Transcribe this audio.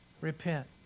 Repent